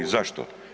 Zašto?